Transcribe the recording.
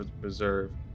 preserve